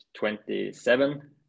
27